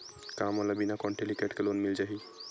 का मोला बिना कौंटलीकेट के लोन मिल जाही?